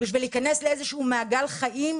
בשביל להיכנס לאיזה שהוא מעגל חיים,